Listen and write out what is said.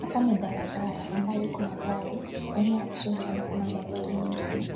Hapa ni barabara ambayo iko na gari aina ya trailer na kuna magari mengine.